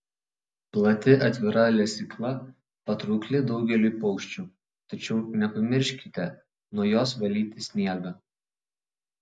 plati atvira lesykla patraukli daugeliui paukščių tačiau nepamirškite nuo jos valyti sniegą